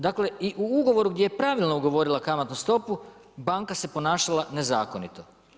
Dakle, i u ugovoru gdje je pravilno ugovorila kamatnu stopu, banka se ponašala nezakonito.